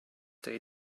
they